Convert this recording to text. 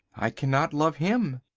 i cannot love him.